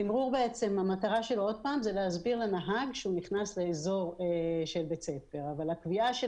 מטרת התמרור היא להסביר לנהג שהוא נכנס לאזור בית ספר אבל הקביעה של